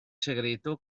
segreto